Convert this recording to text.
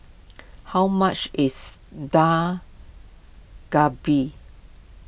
how much is Dak Galbi